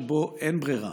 שבו אין ברירה: